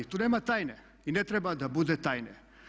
I tu nema tajne i ne treba da bude tajne.